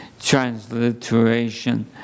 transliteration